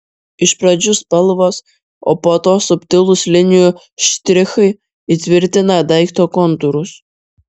iš pradžių spalvos o po to subtilūs linijų štrichai įtvirtina daikto kontūrus